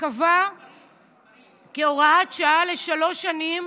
שקבע כהוראת שעה לשלוש שנים